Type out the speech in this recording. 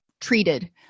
treated